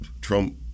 Trump